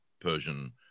Persian